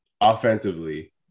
Offensively